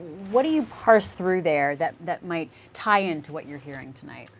what do you parse through there that that might tie into what you are hearing tonight?